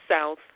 South